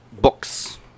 Books